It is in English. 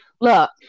look